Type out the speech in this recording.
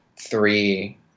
three